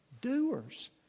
Doers